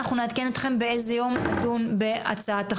אנחנו נעדכן אתכם באיזה יום נדון בהצעת החוק.